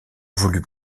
voulut